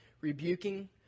rebuking